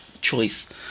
choice